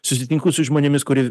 susitinku su žmonėmis kurie